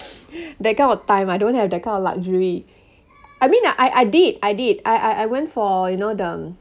that kind of time I don't have that kind of luxury I mean I I did I did I I went for you know the